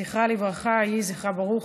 זכרה לברכה, יהיה זכרה ברוך.